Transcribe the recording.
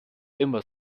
immer